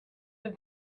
have